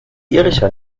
irischer